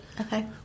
okay